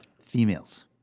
females